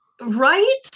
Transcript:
Right